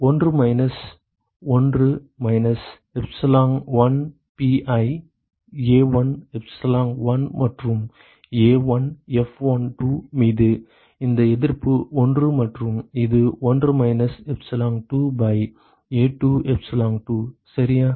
1 minus 1 minus epsilon1 pi A1 epsilon1 மற்றும் A1 F12 மீது இந்த எதிர்ப்பு 1 மற்றும் இது 1 minus epsilon2 pi A2 epsilon2 சரியா